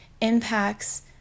impacts